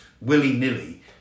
willy-nilly